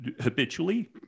habitually